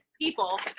people